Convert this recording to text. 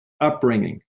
upbringing